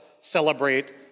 celebrate